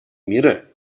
мира